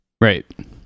right